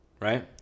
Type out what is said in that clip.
right